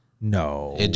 No